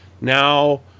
now